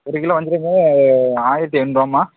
ஒரு கிலோ வஞ்சிர மீன் ஆயிரத்தி எண்பது ரூபாம்மா